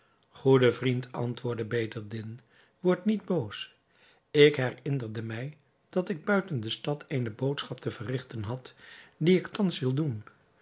goede vriend antwoordde bedreddin word niet boos ik herinnerde mij dat ik buiten de stad eene boodschap te verrigten had die ik thans wil doen